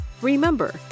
Remember